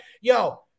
yo